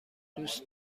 دوست